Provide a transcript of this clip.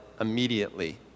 immediately